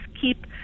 keep